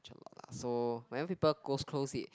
alot lah so whenever people goes close it